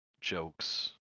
Jokes